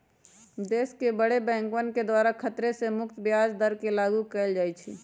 देश के बडे बैंकवन के द्वारा खतरे से मुक्त ब्याज दर के लागू कइल जा हई